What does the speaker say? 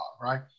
right